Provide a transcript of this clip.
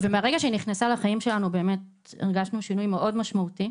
ומרגע שהיא נכנסה לחיים שלנו באמת הרגשנו שינוי מאוד משמעותי.